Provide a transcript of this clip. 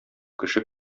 кеше